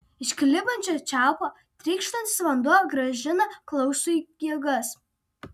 iš klibančio čiaupo trykštantis vanduo grąžina klausui jėgas